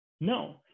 No